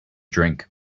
drink